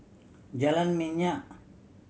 Jalan Minyak